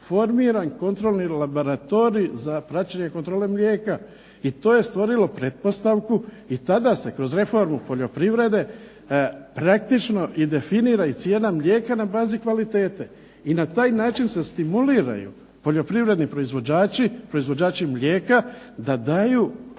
formiran kontrolni laboratorij za praćenje kontrole mlijeka i to je stvorilo pretpostavku i tada se kroz reformu poljoprivrede praktično i definira i cijena mlijeka na bazi kvalitete i na taj način se stimuliraju poljoprivredni proizvođači, proizvođači mlijeka da daju